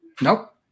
Nope